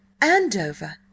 Andover